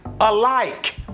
alike